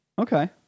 Okay